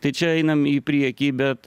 tai čia einam į priekį bet